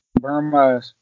Burma